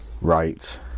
Right